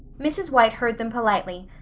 mrs. white heard them politely,